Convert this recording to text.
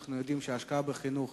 אנחנו יודעים שהשקעה בחינוך